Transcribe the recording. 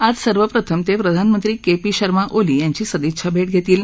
आज सर्वप्रथम ते प्रधानमंत्री के पी शर्मा ओली यांची सदिच्छा भेट घेतील